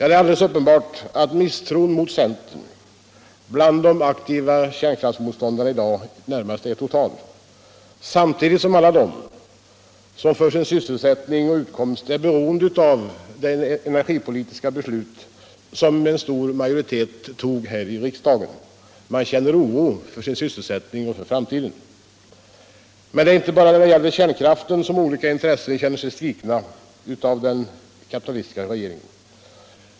Det är alldeles uppenbart att misstron mot centern bland de aktiva kärnkraftsmotståndarna i dag är närmast total, samtidigt som alla de som för sin sysselsättning och utkomst är beroende av det energipolitiska beslut riksdagen fattat med stor majoritet känner oro för framtiden. Men det är inte bara då det gäller kärnkraften som olika intressen känner sig svikna av den kapitalistiska regeringen.